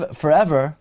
forever